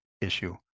issue